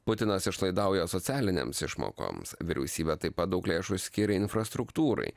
putinas išlaidauja socialinėms išmokoms vyriausybė taip pat daug lėšų skiria infrastruktūrai